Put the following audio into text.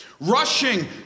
Rushing